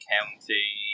County